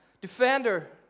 defender